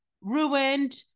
ruined